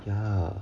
ya